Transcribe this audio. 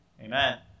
Amen